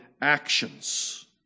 actions